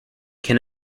can